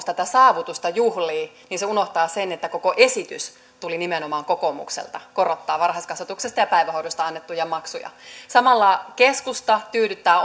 tätä saavutusta juhlii niin se unohtaa sen että koko esitys tuli nimenomaan kokoomukselta se että korotetaan varhaiskasvatuksesta ja päivähoidosta annettuja maksuja samalla keskusta tyydyttää